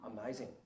Amazing